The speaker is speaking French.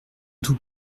tout